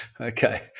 okay